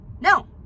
No